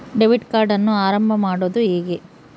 Debit ಕಾರ್ಡನ್ನು ಆರಂಭ ಮಾಡೋದು ಹೇಗೆ?